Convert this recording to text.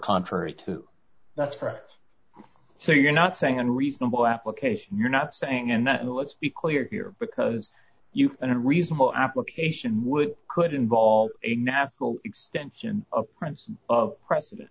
contrary to that's correct so you're not saying in reasonable application you're not saying and that and let's be clear here because you and a reasonable application would could involve a natural extension of prince of precedent